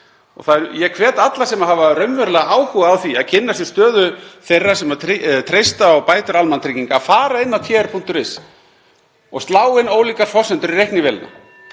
þannig. Ég hvet alla sem hafa raunverulega áhuga á því að kynna sér stöðu þeirra sem treysta á bætur almannatrygginga til að fara inn á tr.is og slá ólíkar forsendur inn í reiknivélina